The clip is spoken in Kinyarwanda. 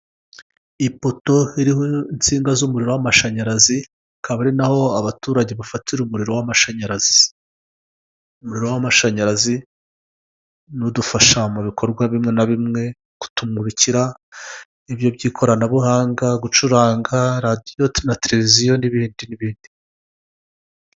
Ipoto iriho insinga z'umuriro w'amashanyarazi akaba ari naho abaturage bafatira umuriro w'amashanyarazi, umjuriro w'amashanyarazi udufasha mu bikorwa bimwe na bimwe kutumurikira iby'ikoranabuhanga gucuranga radio na televiziyo n'ibindi n'ibindi.